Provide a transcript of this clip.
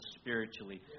spiritually